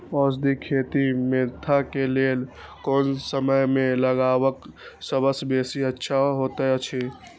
औषधि खेती मेंथा के लेल कोन समय में लगवाक सबसँ बेसी अच्छा होयत अछि?